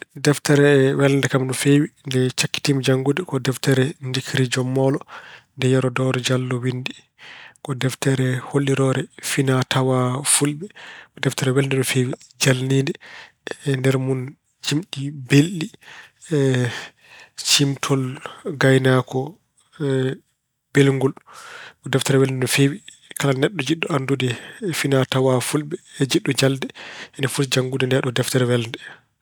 Deftere welnde kam no feewi ko nde cakkitiimi janngude ko deftere Ndikkiri Jom Moolo nde Yero Doore Jallo winndi. Ko deftere holliloore finaa-tawaa fulɓe. Ko deftere welnde no feewi, jalniide, e nder mun jimɗi belɗi, ciimtol gaynaako belngol. Ko deftere welnde no feewi. kala neɗɗo jiɗɗo anndude finaa-tawaa fulɓe e jiɗɗo jalde ina foti janngude ndeeɗoo deftere welnde.